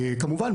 כמובן,